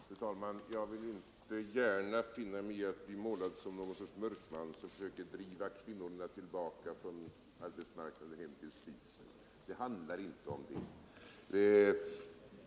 Fru talman! Jag vill inte gärna finna mig i att bli målad som någon sorts mörkman som försöker driva kvinnorna tillbaka från arbetsmarknaden hem till spisen. Det handlar inte om det.